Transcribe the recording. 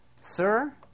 Sir